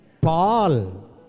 Paul